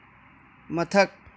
ꯃꯊꯛ